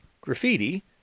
Graffiti